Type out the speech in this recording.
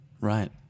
Right